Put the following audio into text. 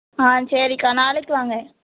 ஆ சரிக்கா நாளைக்கு வாங்க